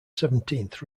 seventeenth